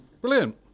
Brilliant